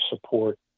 support